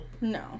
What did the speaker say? No